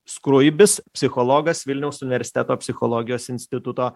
skruibis psichologas vilniaus universiteto psichologijos instituto